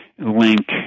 link